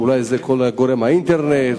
אולי גורם לזה האינטרנט,